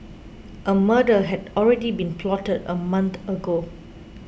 a murder had already been plotted a month ago